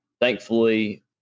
Thankfully